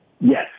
Yes